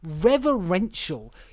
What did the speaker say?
reverential